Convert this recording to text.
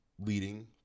leading